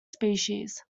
species